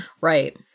Right